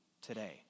today